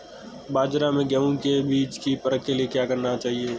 बाज़ार में गेहूँ के बीज की परख के लिए क्या करना चाहिए?